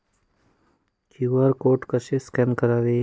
QR code कसे scan करायचे?